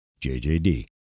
JJD